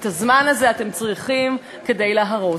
את הזמן הזה אתם צריכים כדי להרוס,